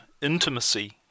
intimacy